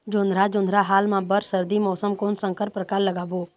जोंधरा जोन्धरा हाल मा बर सर्दी मौसम कोन संकर परकार लगाबो?